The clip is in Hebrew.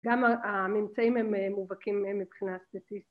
גם הממצאים הם מובהקים מבחינה סטטיסטית